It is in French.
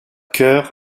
cœur